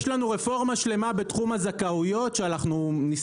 יש לנו רפורמה שלמה בתחום הזכאויות שנשמח